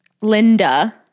linda